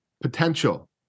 Potential